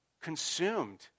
Consumed